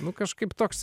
nu kažkaip toks